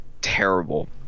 terrible